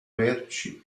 merci